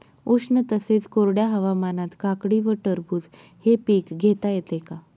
उष्ण तसेच कोरड्या हवामानात काकडी व टरबूज हे पीक घेता येते का?